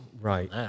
Right